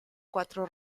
cuatro